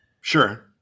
Sure